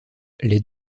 les